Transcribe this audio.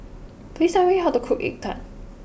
please tell me how to cook egg Tart